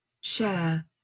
Share